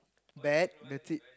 bad that's it